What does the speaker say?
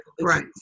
right